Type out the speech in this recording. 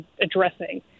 addressing